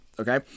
Okay